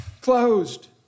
closed